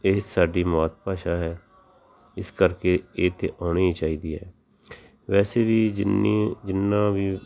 ਇਹ ਸਾਡੀ ਮਾਤ ਭਾਸ਼ਾ ਹੈ ਇਸ ਕਰਕੇ ਇਹ ਤਾਂ ਆਉਣੀ ਚਾਹੀਦੀ ਹੈ ਵੈਸੇ ਵੀ ਜਿੰਨੀ ਜਿੰਨਾਂ ਵੀ